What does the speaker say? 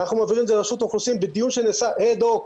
אנחנו מעבירים את זה לרשות האוכלוסין בדיון שנעשה אד-הוק,